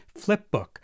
flipbook